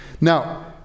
Now